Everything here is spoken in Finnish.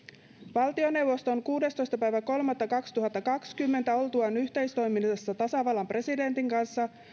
valtioneuvosto on kuudestoista kolmatta kaksituhattakaksikymmentä oltuaan yhteistoiminnassa tasavallan presidentin kanssa